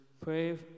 pray